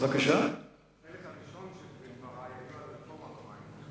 החלק הראשון היה לגבי הרפורמה במים.